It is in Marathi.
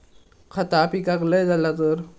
खता पिकाक लय झाला तर?